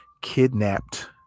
kidnapped